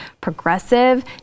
Progressive